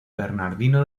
bernardino